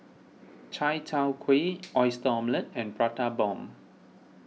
Chai Tow Kway Oyster Omelette and Prata Bomb